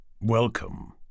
Welcome